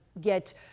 get